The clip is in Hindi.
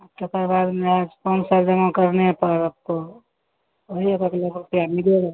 आपके परिवार में आज पाँच साल जमा करने पर आपको वही अब अगले मिलेगा